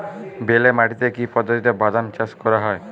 বেলে মাটিতে কি পদ্ধতিতে বাদাম চাষ করা যায়?